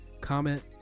Comment